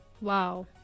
Wow